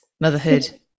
Motherhood